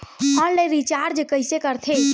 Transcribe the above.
Online recharge कइसे करथे?